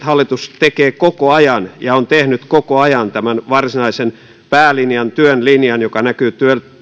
hallitus tekee ja on tehnyt koko ajan tämän varsinaisen päälinjan työn linjan joka näkyy